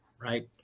right